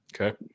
Okay